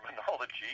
terminology